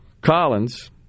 Collins